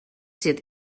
sydd